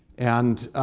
and